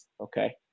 okay